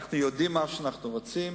אנחנו יודעים מה שאנחנו רוצים,